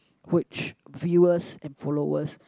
which viewers and followers